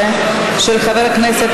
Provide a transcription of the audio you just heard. חברי כנסת